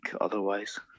otherwise